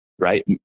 right